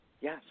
Yes